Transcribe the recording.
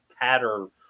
pattern